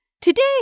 Today